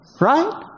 Right